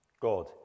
God